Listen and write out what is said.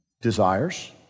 desires